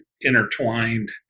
intertwined